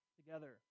together